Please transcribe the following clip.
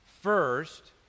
First